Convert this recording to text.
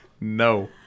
No